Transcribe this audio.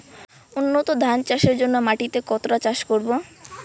উন্নত ধান চাষের জন্য মাটিকে কতটা চাষ করব?